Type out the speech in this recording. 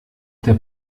der